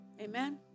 Amen